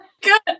good